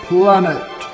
Planet